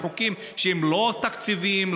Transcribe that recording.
בחוקים שהם לא תקציביים,